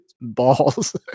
balls